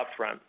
upfront